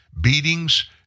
beatings